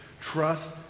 trust